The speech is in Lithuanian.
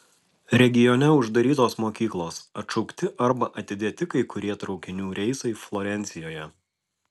regione uždarytos mokyklos atšaukti arba atidėti kai kurie traukinių reisai florencijoje